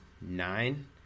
nine